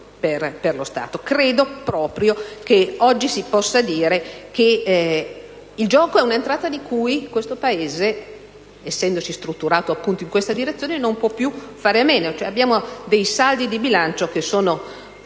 Credo proprio che oggi si possa dire che il gioco è un'entrata di cui questo Paese, essendosi strutturato in questa direzione, non può più fare a meno. In sostanza, i nostri saldi di bilancio sono